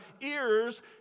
ears